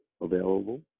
available